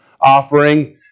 offering